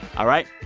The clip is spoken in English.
all right?